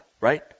right